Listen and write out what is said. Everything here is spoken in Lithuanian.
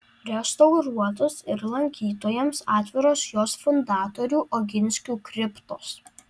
restauruotos ir lankytojams atviros jos fundatorių oginskių kriptos